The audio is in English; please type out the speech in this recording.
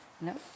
No